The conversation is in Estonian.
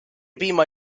piima